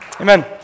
Amen